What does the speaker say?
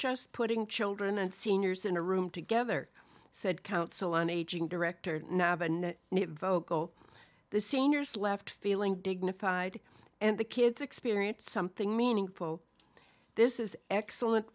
just putting children and seniors in a room together said council on aging director nab and vocal the seniors left feeling dignified and the kids experience something meaningful this is excellent